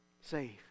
save